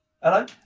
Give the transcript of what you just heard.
Hello